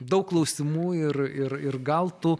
daug klausimų ir ir ir gal tu